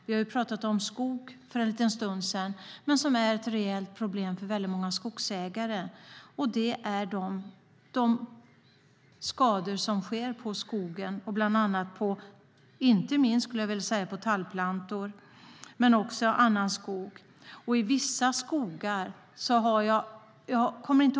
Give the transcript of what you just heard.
Vi talade om skog för en stund sedan, och skador på skog, inte minst på tallplantor, är ett reellt problem för många skogsägare.